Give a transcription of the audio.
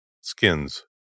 skins